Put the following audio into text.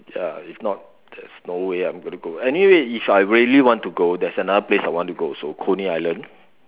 ya if not there's no way I'm gonna go anyway if I really want to go there's another place I want to go also Coney island